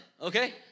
okay